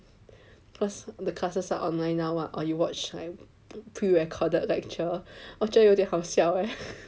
cause the classes all online now [what] or you watch pre-recorded lecture 我觉得有点好笑 eh